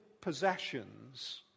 possessions